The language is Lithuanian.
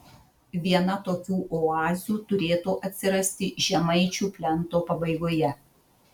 viena tokių oazių turėtų atsirasti žemaičių plento pabaigoje